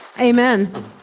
amen